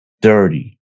dirty